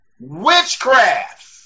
Witchcraft